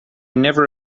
never